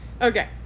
okay